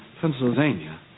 Pennsylvania